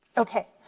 okay,